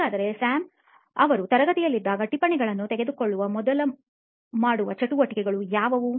ಹಾಗಾದರೆ ಸ್ಯಾಮ್ ಅವರು ತರಗತಿಯಲ್ಲಿದ್ದಾಗ ಟಿಪ್ಪಣಿಗಳನ್ನು ತೆಗೆದುಕೊಳ್ಳುವ ಮೊದಲು ಮಾಡುವ ಚಟುವಟಿಕೆಗಳು ಯಾವುವು